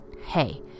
Hey